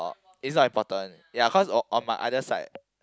it's not important ya cause on my other side